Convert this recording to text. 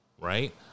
right